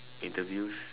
interviews